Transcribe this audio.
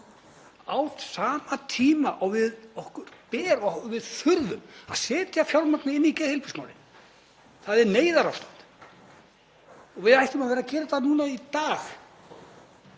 á sama tíma og okkur ber og við þurfum að setja fjármagn inn í geðheilbrigðismálin. Það er neyðarástand og við ættum að vera að gera þetta núna í dag,